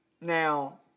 Now